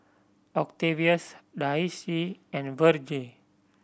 Octavius Daisye and Virge